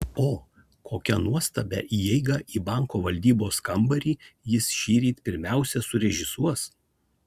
o kokią nuostabią įeigą į banko valdybos kambarį jis šįryt pirmiausia surežisuos